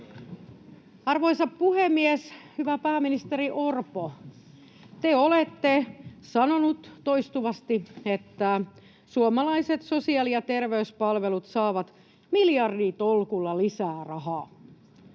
Arvoisa puhemies! Hyvä pääministeri Orpo, te olette sanonut toistuvasti, että suomalaiset sosiaali‑ ja terveyspalvelut saavat miljarditolkulla lisää rahaa.